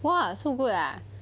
!wah! so good ah